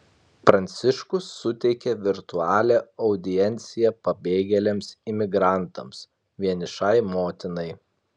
pranciškus suteikė virtualią audienciją pabėgėliams imigrantams vienišai motinai